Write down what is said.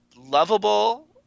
lovable